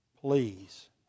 Please